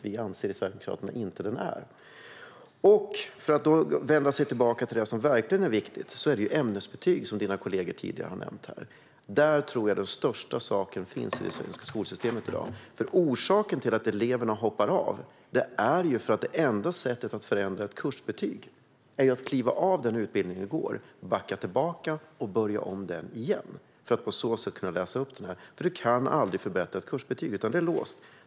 Vi sverigedemokrater anser att de inte är det. Jag ska återgå till det som verkligen är viktigt. Det är ämnesbetyg, som dina kollegor, Elisabet Knutsson, tidigare har nämnt. Där tror jag att det viktigaste i det svenska skolsystemet finns i dag. Orsaken till att eleverna hoppar av är nämligen att det enda sättet att förändra ett kursbetyg är att kliva av den utbildning som man går och backa tillbaka och börja om på den igen. På det sättet kan man läsa upp betyget. Ett kursbetyg kan aldrig förbättras. Det är låst.